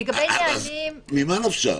אז ממה נפשך?